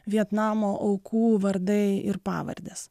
vietnamo aukų vardai ir pavardės